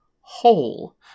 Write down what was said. whole